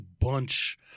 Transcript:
bunch